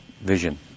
vision